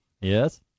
Yes